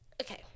Okay